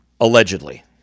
Allegedly